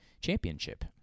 championship